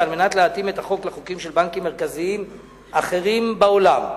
ועל מנת להתאים את החוק לחוקים של בנקים מרכזיים אחרים בעולם,